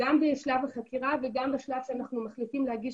גם בשלב החקירה וגם בשלב שאנחנו מחליטים להגיש